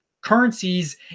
currencies